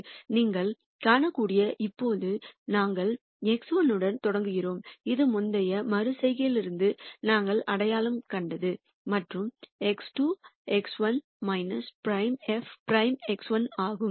இங்கே நீங்கள் காணக்கூடியது இப்போது நாங்கள் x1 உடன் தொடங்குகிறோம் இது முந்தைய மறு செய்கையிலிருந்து நாங்கள் அடையாளம் கண்டது மற்றும் x2 x1 prime f prime x1 ஆகும்